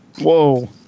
Whoa